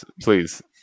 Please